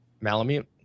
Malamute